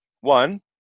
one